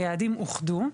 היעדים אוחדו.